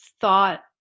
thought